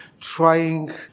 trying